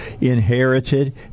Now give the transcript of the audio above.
inherited